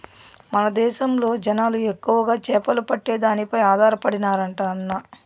మన దేశంలో జనాలు ఎక్కువగా చేపలు పట్టే దానిపై ఆధారపడినారంటన్నా